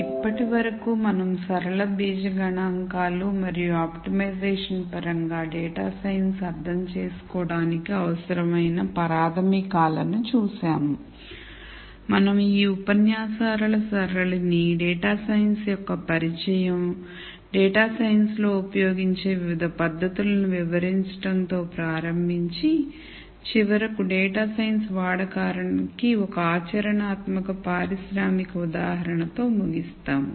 ఇప్పటి వరకు మనం సరళ బీజగణిత గణాంకాలు మరియు ఆప్టిమైజేషన్ పరంగా డేటా సైన్స్ అర్థం చేసుకోవడానికి అవసరమైన ప్రాథమికాలను చూశాము మనం ఈ ఉపన్యాసాల సరళిని డేటా సైన్స్ యొక్క పరిచయం డేటా సైన్స్ లో ఉపయోగించే వివిధ పద్ధతులను వివరించడం తో ప్రారంభించి చివరకు డేటా సైన్స్ వాడకానికి ఒక ఆచరణాత్మక పారిశ్రామిక ఉదాహరణతో ముగిస్తాము